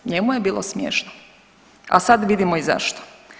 Njemu je bilo smiješno, a sad vidimo i zašto.